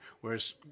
Whereas